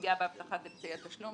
לפגיעה באבטחת אמצעי התשלום.